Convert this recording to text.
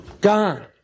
Gone